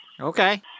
Okay